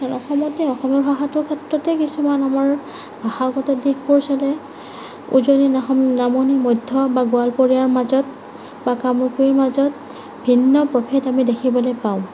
কাৰণ অসমতে অসমীয়া ভাষাটোৰ ক্ষেত্ৰতে কিছুমান আমাৰ ভাষাগত দিশবোৰ চালে উজনি অসম নামনি মধ্য বা গোৱালপৰীয়াৰ মাজত বা কামৰূপীৰ মাজত ভিন্ন প্ৰভেদ আমি দেখিবলৈ পাওঁ